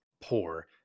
poor